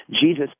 Jesus